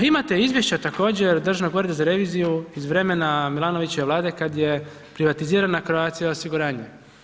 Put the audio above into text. Imate izvješća također Državnog ureda za reviziju iz vremena Milanovićeve Vlade kada je privatizirana Croatia osiguranje.